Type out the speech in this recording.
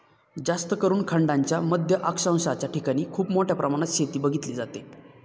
जास्तकरून खंडांच्या मध्य अक्षांशाच्या ठिकाणी खूप मोठ्या प्रमाणात शेती बघितली जाते